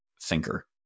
thinker